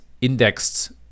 indexed